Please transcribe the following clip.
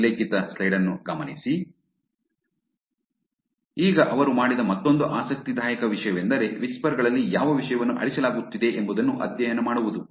ಆದ್ದರಿಂದ ಈಗ ಅವರು ಮಾಡಿದ ಮತ್ತೊಂದು ಆಸಕ್ತಿದಾಯಕ ವಿಷಯವೆಂದರೆ ವಿಸ್ಪರ್ ಗಳಲ್ಲಿ ಯಾವ ವಿಷಯವನ್ನು ಅಳಿಸಲಾಗುತ್ತಿದೆ ಎಂಬುದನ್ನು ಅಧ್ಯಯನ ಮಾಡುವುದು